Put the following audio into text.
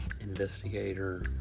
investigator